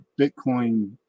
Bitcoin